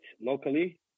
locally